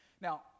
Now